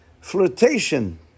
flirtation